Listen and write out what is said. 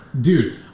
Dude